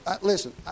Listen